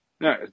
No